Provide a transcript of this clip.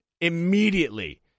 immediately